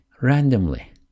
randomly